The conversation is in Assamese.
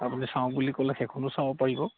আপুনি চাওঁ বুলি ক'লে সেইখনো চাব পাৰিব